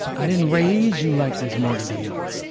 i didn't raise you like this, morgan dion.